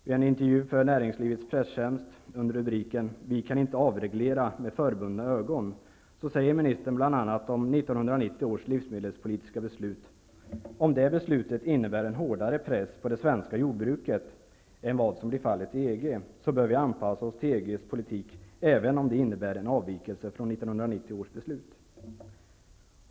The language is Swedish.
I en intervju för näringslivets presstjänst under rubriken ''Vi kan inte avreglera med förbundna ögon'' säger ministern om 1990 års livsmedelspolitiska beslut bl.a.: Om det beslutet innebär en hårdare press på det svenska jordbruket än vad som är fallet i EG, bör vi anpassa oss till EG:s politik även om det innebär en avvikelse från 1990 års beslut.